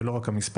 ולא רק המספר,